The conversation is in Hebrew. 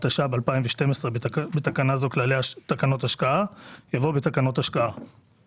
התשע"ב 2012 (בתקנה זו תקנות ההשקעה)" יבוא "בתקנות ההשקעה";